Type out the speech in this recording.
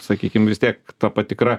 sakykim vis tiek ta patikra